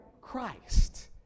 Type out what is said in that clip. Christ